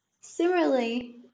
Similarly